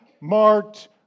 marked